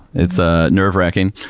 it's ah nerve wracking.